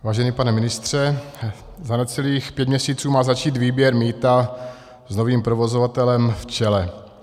Vážený pane ministře, za necelých pět měsíců má začít výběr mýta s novým provozovatelem v čele.